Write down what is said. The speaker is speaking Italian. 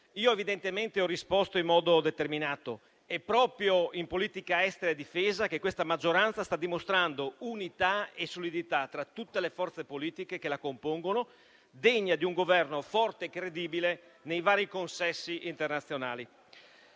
un *casus belli*. Ho risposto in modo determinato; è proprio in politica estera e difesa che questa maggioranza sta dimostrando unità e solidità tra tutte le forze politiche che la compongono, degne di un Governo forte e credibile nei vari consessi internazionali.